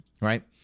right